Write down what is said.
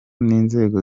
n’inzego